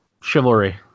chivalry